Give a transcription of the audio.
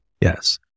Yes